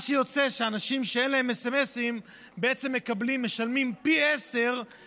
מה שיוצא שאנשים שאין להם סמ"ס משלמים באותו